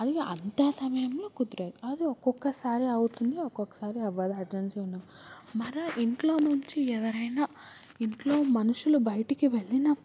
అది అంతా సమయంలో కుదరదు అది ఒక్కొక్కసారి అవుతుంది ఒక్కొక్కసారి అవ్వదు అర్జెన్సీ ఉన్నపుడు మన ఇంట్లోనుంచి ఎవరైనా ఇంట్లో మనుషులు బయటికి వెళ్ళినప్పుడు